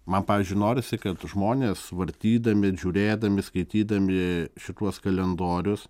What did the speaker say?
man pavyzdžiui norisi kad žmonės vartydami žiūrėdami skaitydami šituos kalendorius